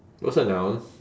what's a noun